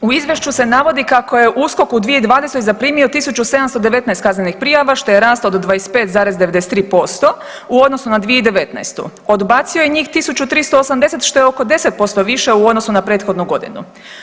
U izvješću se navodi kako je USKOK u 2020. zaprimio 1719 kaznenih prijava što je rast od 25,93% u odnosu na 2019., odbacio je njih 1380 što je oko 10% više u odnosu na prethodnu godinu.